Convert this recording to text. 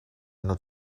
not